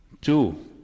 two